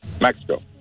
Mexico